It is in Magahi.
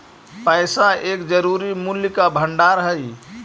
पैसा एक जरूरी मूल्य का भंडार हई